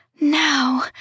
now